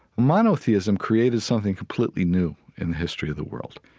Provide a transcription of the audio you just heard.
monotheism created something completely new in the history of the world.